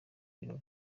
birori